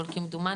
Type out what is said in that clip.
אבל כמדומני,